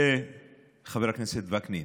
חבר הכנסת וקנין.